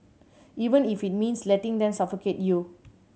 even if it means letting them suffocate you